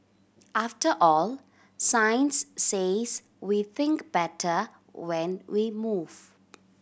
after all science says we think better when we move